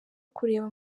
kureba